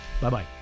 Bye-bye